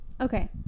Okay